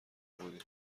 بودیم